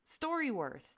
StoryWorth